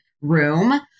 room